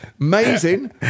Amazing